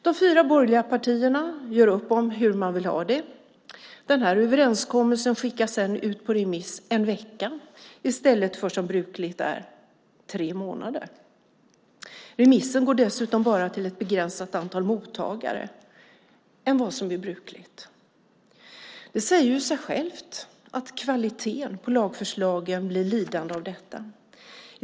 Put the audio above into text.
De fyra borgerliga partierna gör upp om hur de vill ha det. Överenskommelsen skickas sedan ut på remiss en vecka i stället för som brukligt är tre månader. Remissen går dessutom bara till ett begränsat antal mottagare än vad som är brukligt. Det säger sig självt att kvaliteten på lagförslagen blir lidande av detta.